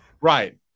Right